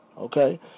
Okay